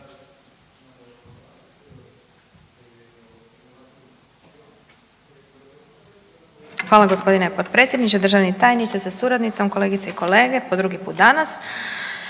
lijepo gospodine potpredsjedniče. Državni tajniče sa suradnicama, kolegice i kolege, obrazovanje